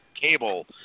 cable